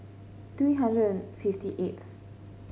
three hundred and fifty eighth